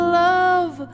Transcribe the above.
love